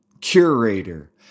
curator